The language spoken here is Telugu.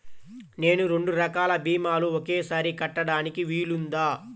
నేను రెండు రకాల భీమాలు ఒకేసారి కట్టడానికి వీలుందా?